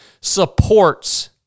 supports